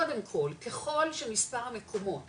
קודם כל, ככול שמספר המקומות